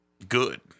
Good